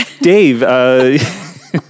dave